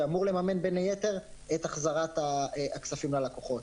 שאמור לממן בין היתר את החזרת הכספים ללקוחות.